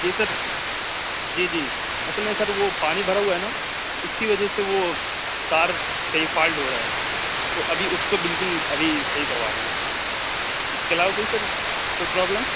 جی sir جی جی اصل میں سر وہ پانی بھرا ہوا ہے نا تو اس کی وجہ سے وہ تار کہیں فالٹ ہو رہا ہے تو ابھی اس کو بالکل ابھی صحیح کروا رہے ہیں اس کے علاوہ کوئی سر کوئی پرابلم